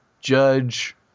judge